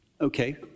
Okay